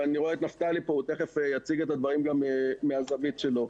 אני רואה כאן את נפתלי והוא תכף יציג את הדברים מהזווית שלו.